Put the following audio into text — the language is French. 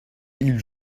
ils